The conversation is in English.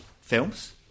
films